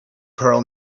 pearl